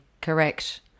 correct